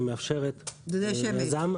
שמאפשרת ליזם --- דודי שמש.